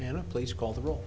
in a place called the real